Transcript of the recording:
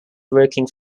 working